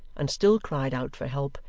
and still cried out for help,